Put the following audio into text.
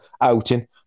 outing